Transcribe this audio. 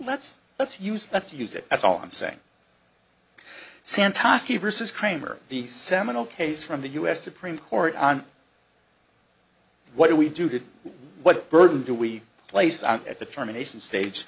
let's let's use that to use it that's all i'm saying sam tusky versus kramer the seminal case from the u s supreme court on what do we do to what burden do we place on at the terminations stage